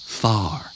far